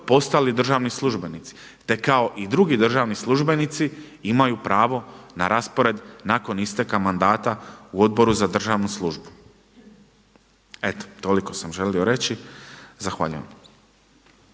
postali državni službenici, te kao i drugi državni službenici imaju pravo na raspored nakon isteka mandata u Odboru za državnu službu. Eto toliko sam želio reći. Zahvaljujem.